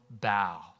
bow